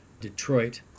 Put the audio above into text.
Detroit